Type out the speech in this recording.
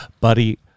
buddy